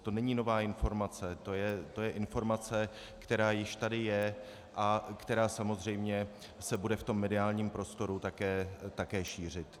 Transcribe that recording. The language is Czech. To není nová informace, to je informace, která již tady je a která se samozřejmě bude v mediálním prostoru také šířit.